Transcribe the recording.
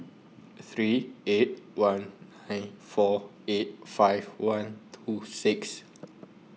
three eight one nine four eight five one two six